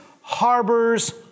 harbors